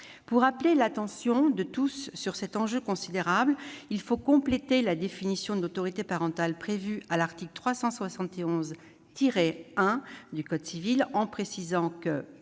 Pour appeler l'attention de tous sur cet enjeu considérable, il faut compléter la définition de l'autorité parentale prévue à l'article 371-1 du code civil en précisant que,